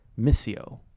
missio